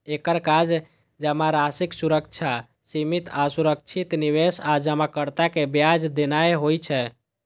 एकर काज जमाराशिक सुरक्षा, सीमित आ सुरक्षित निवेश आ जमाकर्ता कें ब्याज देनाय होइ छै